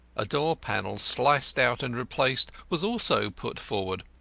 a door panel sliced out and replaced was also put forward,